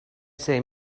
say